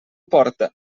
porta